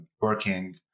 working